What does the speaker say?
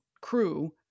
crew